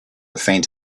faint